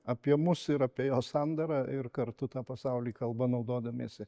apie mus ir apie jo sandarą ir kartu tą pasaulį kalba naudodamiesi